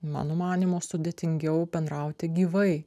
mano manymu sudėtingiau bendrauti gyvai